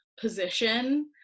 position